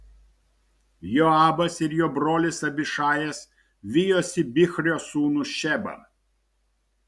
joabas ir jo brolis abišajas vijosi bichrio sūnų šebą